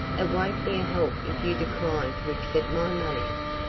it won't be a help if you decline to accept my money.